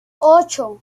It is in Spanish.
ocho